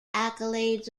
accolades